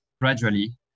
gradually